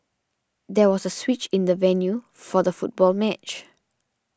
there was a switch in the venue for the football match